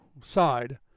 side